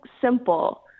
simple